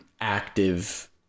active